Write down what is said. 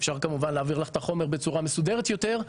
אפשר כמובן להעביר לך את החומר בצורה מסודרת יותר.